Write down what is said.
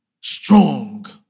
strong